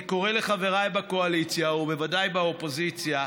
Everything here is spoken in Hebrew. אני קורא לחבריי בקואליציה, ובוודאי באופוזיציה,